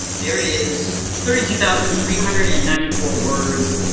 there it is. thirty two thousand three hundred and ninety four words,